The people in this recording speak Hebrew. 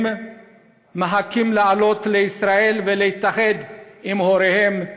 הם מחכים לעלות לישראל ולהתאחד עם הוריהם,